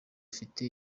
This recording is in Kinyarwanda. afite